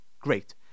great